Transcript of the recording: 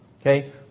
Okay